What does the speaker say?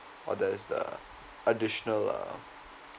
or there's a additional uh